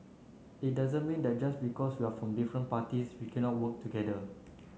it doesn't mean that just because we're from different parties we cannot work together